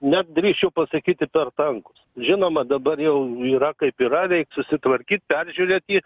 net drįsčiau pasakyti per tankus žinoma dabar jau yra kaip yra reik susitvarkyt peržiūrėt jį